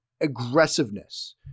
aggressiveness